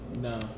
No